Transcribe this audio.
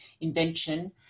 invention